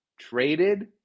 traded